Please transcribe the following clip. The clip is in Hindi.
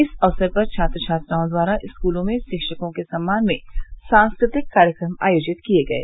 इस अवसर पर छात्र छात्राओं द्वारा स्कूलों में शिक्षकों के सम्मान में सांस्कृतिक कार्यक्रम आयोजित किये गये